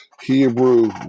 Hebrew